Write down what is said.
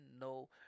no